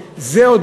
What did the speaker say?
זה דבר נכון,